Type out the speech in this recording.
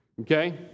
okay